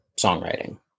songwriting